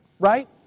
Right